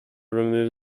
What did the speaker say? remove